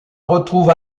retrouve